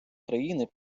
країни